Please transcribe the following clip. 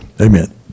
Amen